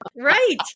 Right